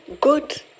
good